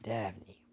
Daphne